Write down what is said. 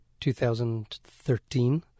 2013